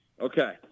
Okay